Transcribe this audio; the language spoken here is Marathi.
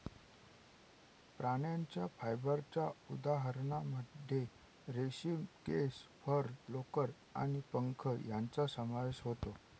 प्राण्यांच्या फायबरच्या उदाहरणांमध्ये रेशीम, केस, फर, लोकर आणि पंख यांचा समावेश होतो